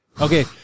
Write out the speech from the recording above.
Okay